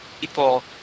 people